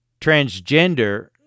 transgender